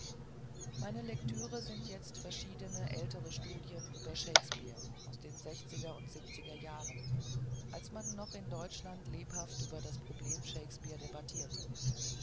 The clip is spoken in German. meine lektüre sind jetzt verschiedene ältere studien über shakespeare aus den sechziger und siebziger jahren als man noch in deutschland lebhaft über das problem shakespeare debattierte